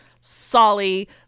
Solly